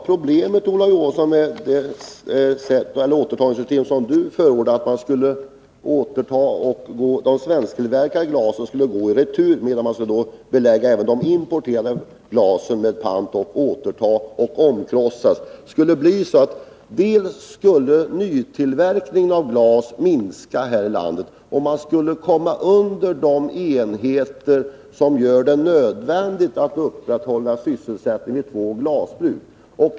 Fru talman! Problemet med det återtagningssystem som Olof Johansson förordar, dvs. att de svensktillverkade glasen skulle gå i retur och att man skulle belägga även de importerade glasen med pant för återtagning och krossning, är att nytillverkningen av glas skulle minska här i landet. Man skulle vidare komma under de enheter som gör det nödvändigt att upprätthålla sysselsättningen vid två glasbruk.